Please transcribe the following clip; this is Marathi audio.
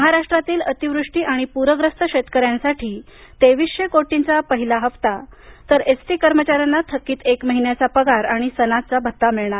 महाराष्ट्रातील अतिवृष्टी आणि पूरग्रस्त शेतकऱ्यांसाठी तेवीसशे कोटींचा पहिला हप्ता तर एसटी कर्मचाऱ्यांना थकीत एक महिन्याचा पगार आणि सणाचा भत्ता मिळणार